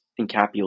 encapsulate